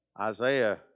Isaiah